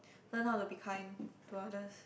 learn how to be kind to others